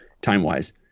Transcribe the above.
time-wise